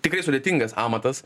tikrai sudėtingas amatas